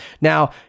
Now